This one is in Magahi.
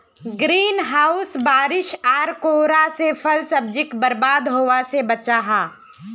ग्रीन हाउस बारिश आर कोहरा से फल सब्जिक बर्बाद होवा से बचाहा